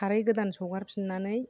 खारै गोदान सगारफिन्नानै